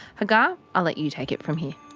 hagar, i'll let you take it from here.